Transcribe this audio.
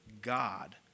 God